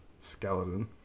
skeleton